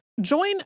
Join